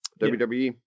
WWE